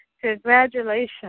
Congratulations